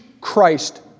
Christ